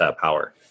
power